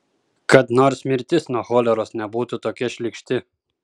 kad nors mirtis nuo choleros nebūtų tokia šlykšti